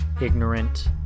ignorant